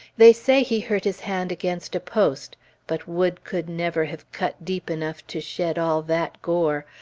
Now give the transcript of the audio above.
they say he hurt his hand against a post but wood could never have cut deep enough to shed all that gore.